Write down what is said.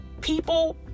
people